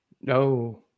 No